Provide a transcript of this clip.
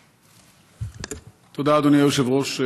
תודה, אדוני היושב-ראש.